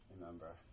remember